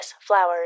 flowers